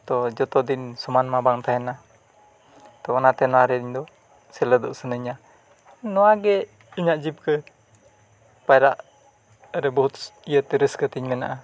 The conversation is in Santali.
ᱟᱫᱚ ᱡᱚᱛᱚ ᱫᱤᱱ ᱥᱚᱢᱟᱱ ᱢᱟ ᱵᱟᱝ ᱛᱟᱦᱮᱱᱟ ᱛᱳ ᱚᱱᱟᱛᱮ ᱱᱚᱣᱟᱨᱮ ᱤᱧᱫᱚ ᱥᱮᱞᱮᱫᱚᱜ ᱥᱟᱱᱟᱧᱟ ᱱᱚᱣᱟᱜᱮ ᱤᱧᱟᱹᱜ ᱡᱤᱵᱽᱠᱟᱹ ᱯᱟᱭᱨᱟᱜ ᱨᱮ ᱵᱚᱦᱩᱫ ᱨᱟᱹᱥᱠᱟᱹ ᱛᱤᱧ ᱢᱮᱱᱟᱜᱼᱟ